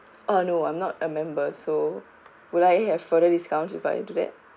oh no I'm not a member so will I have further discounts if I do that